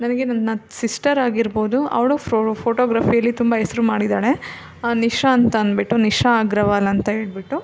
ನನಗೆ ನನ್ನ ಸಿಸ್ಟರ್ ಆಗಿರ್ಬೋದು ಅವಳು ಫ್ರೋ ಫೋಟೊಗ್ರಫಿಲ್ಲಿ ತುಂಬ ಹೆಸ್ರು ಮಾಡಿದ್ದಾಳೆ ನಿಶಾ ಅಂತ ಅಂದ್ಬಿಟ್ಟು ನಿಶಾ ಅಗ್ರವಾಲ್ ಅಂತ ಹೇಳ್ಬಿಟ್ಟು